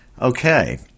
okay